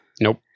Nope